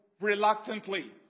reluctantly